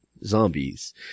zombies